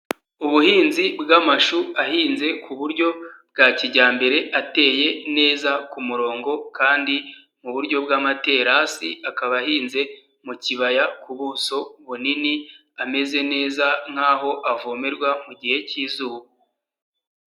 Ubuhinzi bw'amashu ahinze ku buryo bwa kijyambere, ateye neza ku murongo kandi muburyo bw'amaterasi, akaba ahinze mu kibaya ku buso bunini, ameze neza nkaho avomerwa mu gihe cy'izuba.